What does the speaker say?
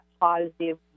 positive